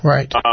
Right